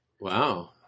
Wow